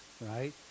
right